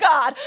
God